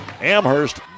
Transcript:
Amherst